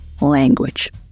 language